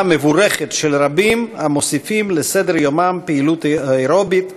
מבורכת של רבים המוסיפים לסדר-יומם פעילות אירובית,